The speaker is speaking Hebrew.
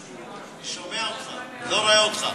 אני שומע אותך אבל לא רואה אותך.